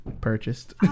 purchased